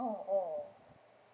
oh oh